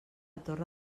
torre